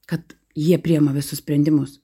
kad jie priema visus sprendimus